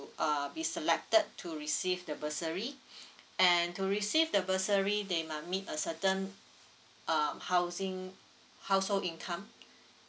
uh be selected to receive the bursary and to receive the bursary they might meet a certain um housing household income